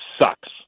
sucks